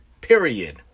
period